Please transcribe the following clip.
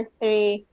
three